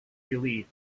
relief